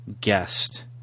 guest